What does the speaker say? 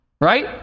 Right